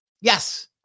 yes